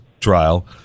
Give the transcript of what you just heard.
trial